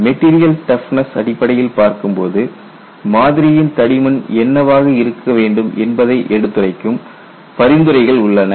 material toughness அடிப்படையில் பார்க்கும்போது மாதிரியின் தடிமன் என்னவாக இருக்க வேண்டும் என்பதை எடுத்துரைக்கும் பரிந்துரைகள் உள்ளன